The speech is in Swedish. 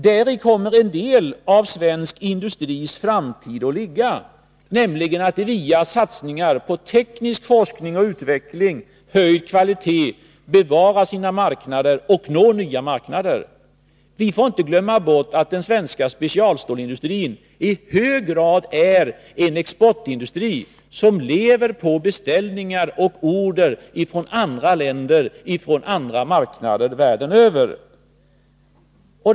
Däri kommer en del av svensk industris framtid att ligga, nämligen att via satsningar på teknisk forskning och utveckling och höjd kvalitet bevara sina marknader och nå nya marknader. Vi bör inte glömma bort att den svenska specialstålsindustrin i hög grad är en exportindustri, som lever på beställningar och order från andra länder och från andra marknader världen över.